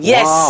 Yes